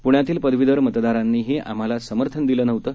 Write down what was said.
पुण्यातीलपदवीधरमतदारांनीहीआम्हालासमर्थनदिलंनव्हतं